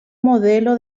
modelo